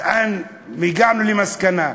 והגענו למסקנה,